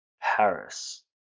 Paris